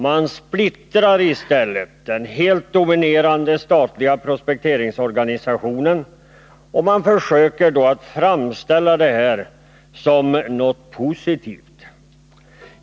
Man splittrar i stället den helt dominerande statliga prospekteringsorganisationen, och man försöker då att framställa det som något positivt.